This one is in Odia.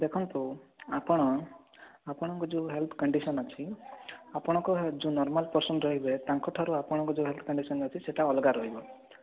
ଦେଖନ୍ତୁ ଆପଣ ଆପଣଙ୍କ ଯୋଉ ହେଲ୍ଥ୍ କଣ୍ଡିସନ୍ ଅଛି ଆପଣଙ୍କ ଯୋଉ ନର୍ମାଲ ପର୍ସନ ରହିବେ ତାଙ୍କଠାରୁ ଆପଣଙ୍କ ଯୋଉ ହେଲ୍ଥ୍ କଣ୍ଡିସନ୍ ଅଛି ଏଟା ଅଲଗା ରହିବ